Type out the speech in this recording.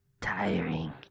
tiring